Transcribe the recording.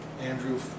Andrew